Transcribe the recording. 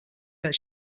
that